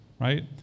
right